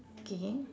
okay